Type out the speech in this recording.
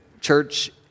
church